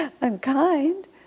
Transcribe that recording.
unkind